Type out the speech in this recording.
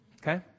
Okay